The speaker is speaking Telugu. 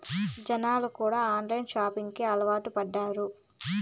జనాలు కూడా ఆన్లైన్ షాపింగ్ కి అలవాటు పడ్డారు